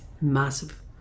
massive